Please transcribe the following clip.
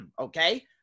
okay